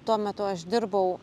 tuo metu aš dirbau